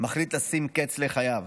מחליט לשים קץ לחייו.